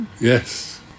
Yes